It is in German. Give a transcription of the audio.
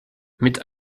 mit